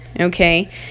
okay